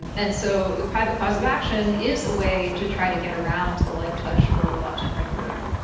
and and so, the private cause of action is a way to try to get around the light touch or reluctant regulator.